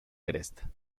cresta